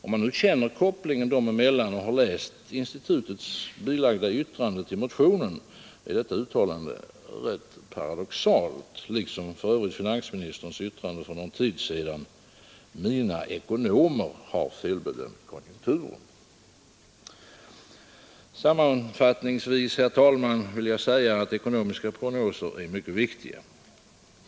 Om man nu känner till kopplingen dem emellan och har läst institutets bilagda yttrande till motionen, är detta uttalande givetvis paradoxalt, liksom för övrigt finansministerns yttrande för någon tid sedan: ”Mina ekonomer har felbedömt konjunkturen.” Sammanfattningsvis, herr talman, vill jag säga att ekonomiska prognoser är mycket viktiga.